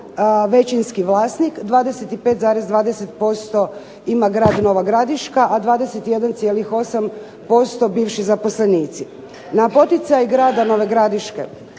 većinski vlasnik, 25,20% ima grad Nova Gradiška, a 21,8% bivši zaposlenici. Na poticaj grada Nove Gradiške,